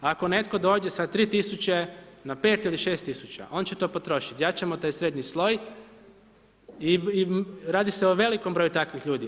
Ako netko dođe sa 3 tisuće na 5 ili 6 tisuća, on će to potrošiti, jačamo taj srednji sloj i radi se o velikom broju takvih ljudi.